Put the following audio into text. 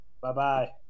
Bye-bye